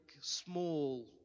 small